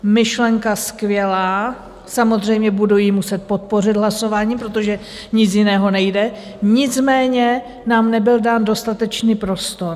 Myšlenka skvělá, samozřejmě budu ji muset podpořit hlasováním, protože nic jiného nejde, nicméně nám nebyl dán dostatečný prostor.